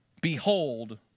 Behold